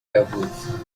yavutse